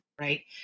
right